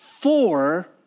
four